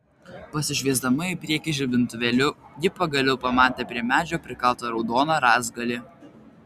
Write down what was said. pasišviesdama į priekį žibintuvėliu ji pagaliau pamatė prie medžio prikaltą raudoną rąstgalį